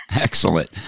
Excellent